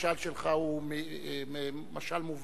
משל מובן.